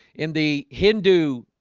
in the hindu